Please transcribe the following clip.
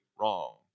wrong